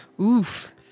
Oof